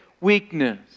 weakness